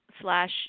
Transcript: slash